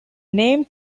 name